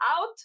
out